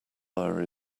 mower